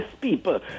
people